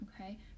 okay